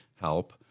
help